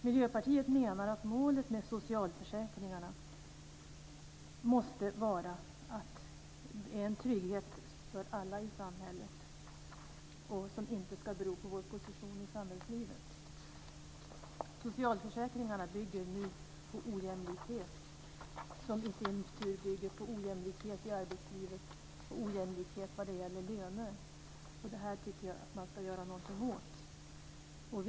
Miljöpartiet menar att syftet med socialförsäkringarna måste vara att ge en trygghet för alla i samhället vilken inte ska vara beroende av vår position i samhällslivet. Socialförsäkringarna bygger nu på en ojämlikhet som i sin tur bygger på en ojämlikhet i arbetslivet och en ojämlikhet vad gäller löner. Jag tycker att man ska göra någonting åt detta.